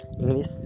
english